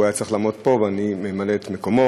הוא היה צריך לעמוד פה ואני ממלא את מקומו.